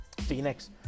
Phoenix